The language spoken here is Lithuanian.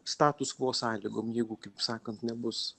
status kvo sąlygom jeigu kaip sakant nebus